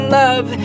love